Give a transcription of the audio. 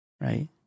Right